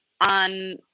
on